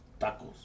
tacos